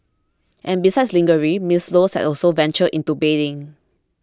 and besides lingerie Ms Low has also ventured into bedding